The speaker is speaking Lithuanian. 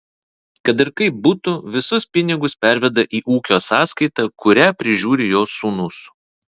kad ir kaip būtų visus pinigus perveda į ūkio sąskaitą kurią prižiūri jo sūnus